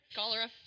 cholera